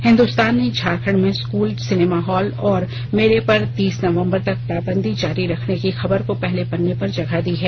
हिन्दुस्तान ने झारखंड में school cinema hall और मेले पर तीस नवंबर तक पाबंदी जारी रखने की खबर को पहले पन्ने पर जगह दी है